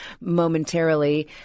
momentarily